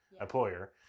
employer